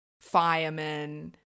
firemen